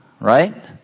right